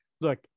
look